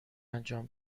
انجام